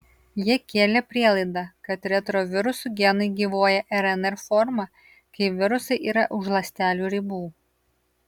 jie kėlė prielaidą kad retrovirusų genai gyvuoja rnr forma kai virusai yra už ląstelių ribų